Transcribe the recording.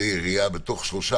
על הקורונה ולא איך לעבוד על עצמנו,